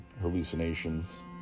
hallucinations